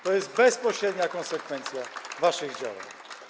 To jest bezpośrednia konsekwencja waszych działań.